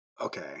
okay